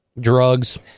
Drugs